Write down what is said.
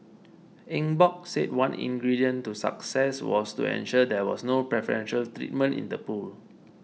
Eng Bock said one ingredient to success was to ensure there was no preferential treatment in the pool